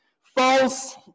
false